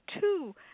two